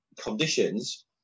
conditions